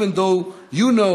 even though you know